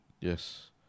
Yes